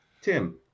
Tim